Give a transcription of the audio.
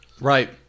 Right